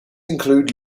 include